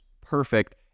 perfect